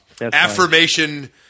affirmation